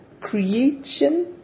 creation